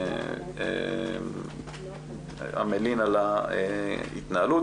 שמלין על ההתנהלות.